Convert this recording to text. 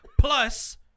plus